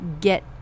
get